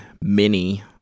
Mini